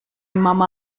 mama